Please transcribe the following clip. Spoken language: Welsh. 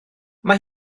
mae